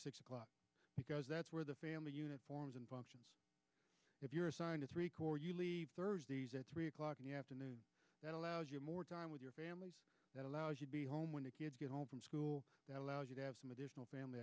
six o'clock because that's where the family uniforms and functions if you're assigned a three corps you leave thursday at three o'clock in the afternoon that allows you more time with your family that allows you to be home when you get home from school that allows you to have some additional family